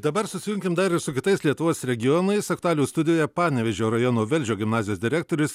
dabar susijunkim dar ir su kitais lietuvos regionais aktualijų studijoje panevėžio rajono velžio gimnazijos direktorius